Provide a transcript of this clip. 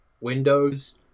Windows